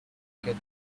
get